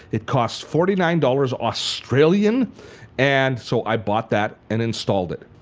it cost forty nine dollars australian and so i bought that and installed it.